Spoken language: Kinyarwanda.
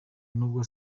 nubwo